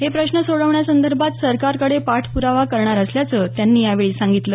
हे प्रश्न सोडवण्यासंदर्भात सरकारकडे पाठप्रावा करणार असल्याचं त्यांनी यावेळी सांगितलं